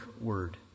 word